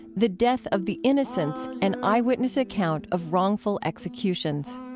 the death of the innocents an eyewitness account of wrongful executions.